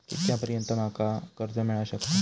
कितक्या पर्यंत माका कर्ज मिला शकता?